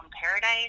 paradise